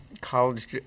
college